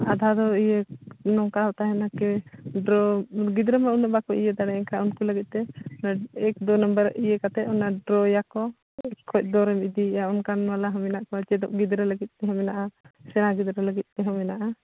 ᱟᱫᱷᱟ ᱫᱚ ᱤᱭᱟᱹ ᱱᱚᱝᱠᱟ ᱦᱚᱸ ᱛᱟᱦᱮᱱᱟ ᱠᱤ ᱰᱨᱚ ᱜᱤᱫᱽᱨᱟᱹ ᱢᱟ ᱩᱱᱟᱹᱜ ᱵᱟᱠᱚ ᱤᱭᱟᱹ ᱫᱟᱲᱮ ᱟᱠᱟᱫ ᱩᱱᱠᱩ ᱞᱟᱹᱜᱤᱫ ᱛᱮ ᱮᱠ ᱫᱩ ᱱᱟᱢᱵᱟᱨ ᱤᱭᱟᱹ ᱠᱟᱛᱮᱫ ᱚᱱᱟ ᱰᱨᱚᱭᱟᱠᱚ ᱮᱠ ᱠᱷᱚᱱ ᱫᱚ ᱨᱮᱢ ᱤᱫᱤᱭᱮᱜᱼᱟ ᱚᱱᱠᱟᱱ ᱵᱟᱞᱟ ᱦᱚᱸ ᱢᱮᱱᱟᱜ ᱠᱚᱣᱟ ᱪᱮᱫᱚᱜ ᱜᱤᱫᱽᱨᱟᱹ ᱞᱟᱹᱜᱤᱫ ᱠᱚᱦᱚᱸ ᱢᱮᱱᱟᱜᱼᱟ ᱥᱮᱬᱟ ᱜᱤᱫᱽᱨᱟᱹ ᱞᱟᱹᱜᱤᱫ ᱛᱮᱦᱚᱸ ᱢᱮᱱᱟᱜᱼᱟ